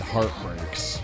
Heartbreaks